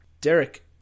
Derek